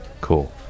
cool